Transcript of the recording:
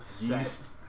Yeast